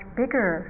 bigger